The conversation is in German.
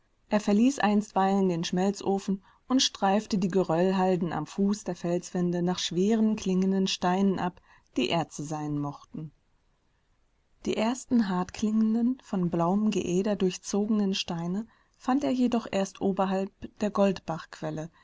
er verließ einstweilen den schmelzofen und streifte die geröllhalden am fuß der felswände nach schweren klingenden steinen ab die erze sein mochten die ersten hartklingenden von blauem geäder durchzogenen steine fand er jedoch erst oberhalb der